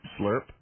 slurp